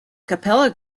capella